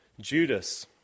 Judas